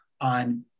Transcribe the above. on